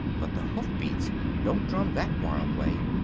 but the hoofbeats don't drum that wild way.